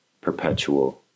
Perpetual